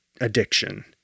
addiction